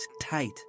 tight